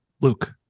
luke